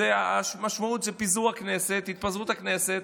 המשמעות היא פיזור הכנסת, התפזרות הכנסת,